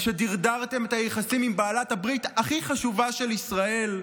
על שדרדרתם את היחסים עם בעלת הברית הכי חשובה של ישראל?